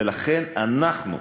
ולכן אנחנו,